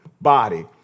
body